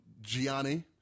Gianni